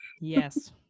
Yes